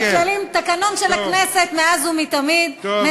הם כללים בתקנון של הכנסת מאז ומתמיד, טוב, בסדר.